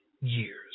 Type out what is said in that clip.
years